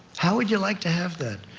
how would you like to have that?